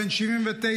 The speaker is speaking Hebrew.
בן 79,